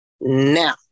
now